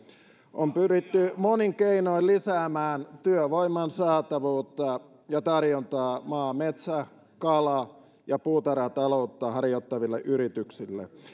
on pyritty monin keinoin lisäämään työvoiman saatavuutta ja tarjontaa maa metsä kala ja puutarhataloutta harjoittaville yrityksille